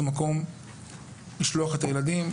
מערכת חינוך הם רוצים לשלוח את ילדיהם.